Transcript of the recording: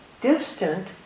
distant